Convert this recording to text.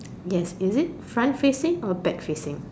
yes is it front facing or back facing